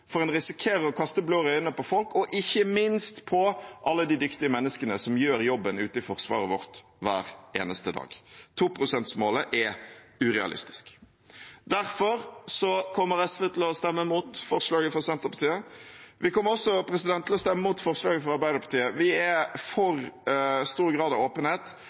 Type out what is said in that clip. For en risikerer å kaste blår i øynene på folk og ikke minst på alle de dyktige menneskene som gjør jobben ute i forsvaret vårt hver eneste dag. 2-prosentmålet er urealistisk. Derfor kommer SV til å stemme mot forslaget fra Senterpartiet. Vi kommer også til å stemme mot forslaget fra Arbeiderpartiet. Vi er for stor grad av åpenhet,